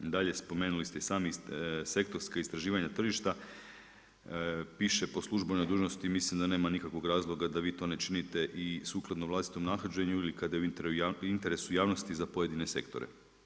Dalje, spomenuli ste i sami sektorsko istraživanje tržišta, piše po službenoj dužnosti, mislim da nema nikakvog razloga da vi to ne činite i sukladno vlastitom nahođenju ili kad je u interesu javnosti za pojedine sektore.